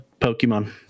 Pokemon